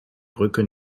brücke